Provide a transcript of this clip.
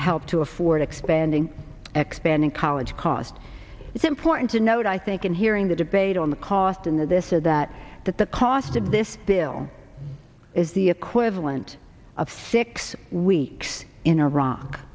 help to afford expanding expanding college costs it's important to note i think in hearing the debate on the cost in this or that that the cost of this bill is the equivalent of six weeks in iraq